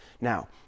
Now